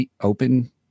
open